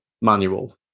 manual